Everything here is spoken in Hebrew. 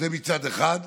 זה מצד אחד.